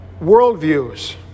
worldviews